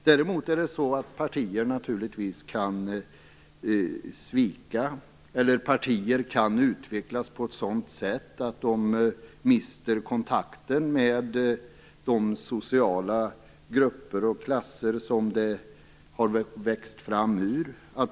Däremot kan partier naturligtvis svika eller utvecklas på ett sådant sätt att de mister kontakten med de sociala grupper och klasser som det har växt fram ur.